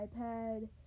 iPad